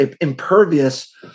impervious